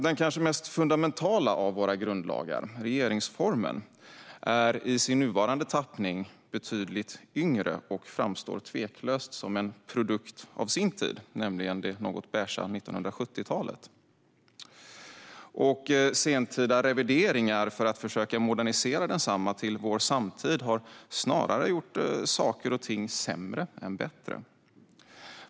Den kanske mest fundamentala av våra grundlagar, regeringsformen, är i sin nuvarande tappning betydligt yngre och framstår tveklöst som en produkt av sin tid, nämligen det något beigea 1970-talet. Sentida revideringar för att försöka modernisera densamma till vår samtid har snarare gjort saker och ting sämre än bättre.